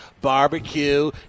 barbecue